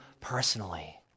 personally